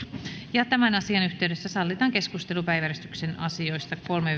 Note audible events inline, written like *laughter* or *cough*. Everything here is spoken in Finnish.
tämän asian yhteydessä sallitaan keskustelu päiväjärjestyksen asioista kolme *unintelligible*